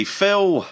Phil